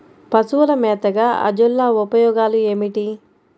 పశువుల మేతగా అజొల్ల ఉపయోగాలు ఏమిటి?